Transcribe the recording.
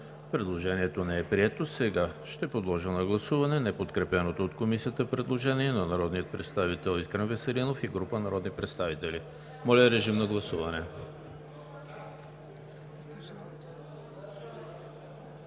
Предложението не е прието. Подлагам на гласуване неподкрепеното от Комисията предложение на народния представител Искрен Веселинов и група народни представители. Гласували